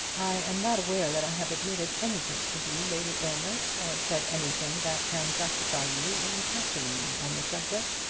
i am not aware that i have admitted anything to you, lady aylmer, or said anything that can justify you in questioning me on the subject.